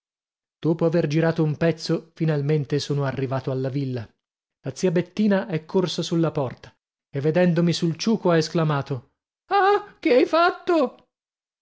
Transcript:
dopo aver girato un pezzo finalmente sono arrivato alla villa la zia bettina è corsa sulla porta e vedendomi sul ciuco ha esclamato ah che hai fatto